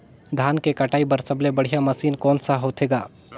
धान के कटाई बर सबले बढ़िया मशीन कोन सा होथे ग?